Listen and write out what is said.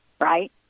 right